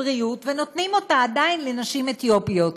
בריאות ועדיין נותנים אותה לנשים אתיופיות.